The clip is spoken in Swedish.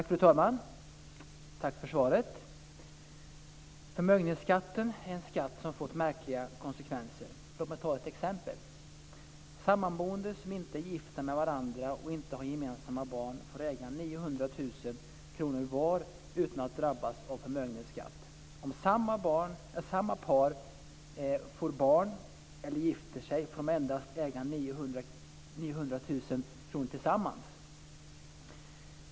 Fru talman! Tack för svaret! Förmögenhetsskatten är en skatt som fått märkliga konsekvenser. Låt mig ta ett exempel: Sammanboende som inte är gifta med varandra och inte har gemensamma barn får äga 900 000 kr var utan att drabbas av förmögenhetsskatt. Om samma par får barn eller gifter sig får de endast äga 900 000 kr tillsammans.